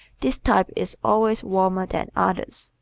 this type is always warmer than others.